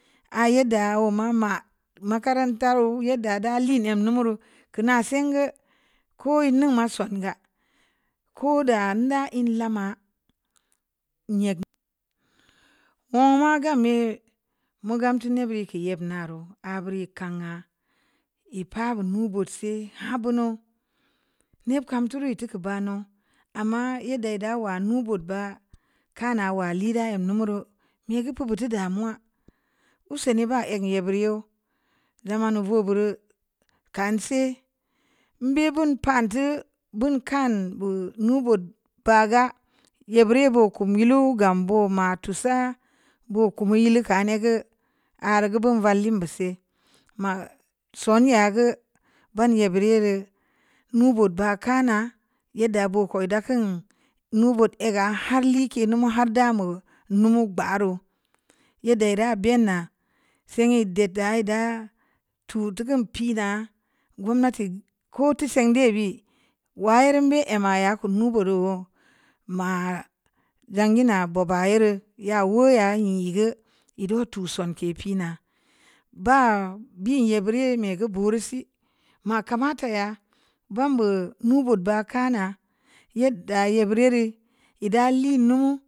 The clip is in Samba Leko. A'a yeddə wu ma mə makaranta reu gaddə da lii əm ne' mu reu kana'a sēngə kō nnma songa ko da da ən lama wu ma gam me' mu gam tō ne' bii k'e' nab nareu a bureu kan'a ē pa bu nu bōt si ha bunu ne'b kam tu rii tuku banu ama yedda dawa nu bōot ba'a kana wa le'ra am numu reu mii mu gə butu damuwa usainii ba ēk yē bē rēu dlama nu vō be reu kan si bii bun pantii bun kan bu nu bōot pa ga ye bireu bōo ko mi yeluo gam bōo ma tu sa bo kumu ii lil kanē gə ar gō bun valim mbe se' sone' gə banē bireu mu bōt ba kana yeddə bu ko ii da kan mu bōt a ga har le' ke' nu mu har da muə munu ba reu yeddə ira bēn na sen ii tō to kun pii na gomnati kōo tōo seng dē b'e war re' mbe a maya kunu bōo reu ma'a jangi na buba ə reu ma ō ya ē gə ii do laō sonke' pii na ba bia yē birii mē kōo bur' sii ma ka mata ya ban bōo mu bōot ba kana yēda ye buri rue ē da lēnu.